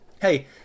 hey